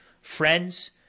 Friends